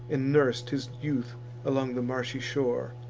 and nurs'd his youth along the marshy shore,